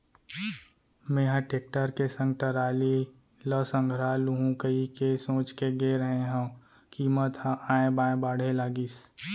मेंहा टेक्टर के संग टराली ल संघरा लुहूं कहिके सोच के गे रेहे हंव कीमत ह ऑय बॉय बाढ़े लगिस